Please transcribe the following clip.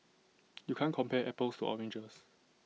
you can't compare apples to oranges